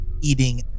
eating